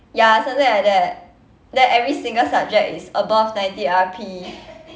ya something like that then every single subject is above ninety R_P